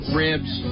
ribs